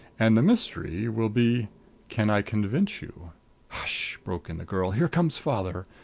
and the mystery will be can i convince you hush! broke in the girl. here comes father!